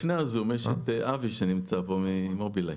לפני הזום, נמצא פה אבי ממובילאיי.